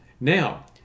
Now